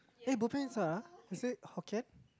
eh bobian is what ah is it Hokkien